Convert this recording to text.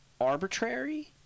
arbitrary